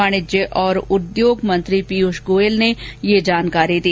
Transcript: वाणिज्य और उद्योग मंत्री पीयूष गोयल ने यह जानकारी दी